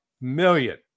million